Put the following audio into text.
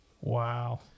Wow